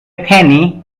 penny